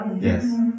Yes